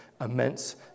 immense